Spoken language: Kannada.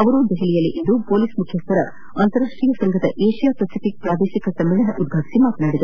ಅವರು ದೆಹಲಿಯಲ್ಲಿಂದು ಪೊಲೀಸ್ ಮುಖ್ಯಸ್ದರ ಅಂತಾರಾಷ್ಟೀಯ ಸಂಘದ ಏಷ್ಯಾ ಫೆಸಿಫಿಕ್ ಪ್ರಾದೇಶಿಕ ಸಮ್ಮೇಳನವನ್ನು ಉದ್ಘಾಟಿಸಿ ಮಾತನಾಡಿ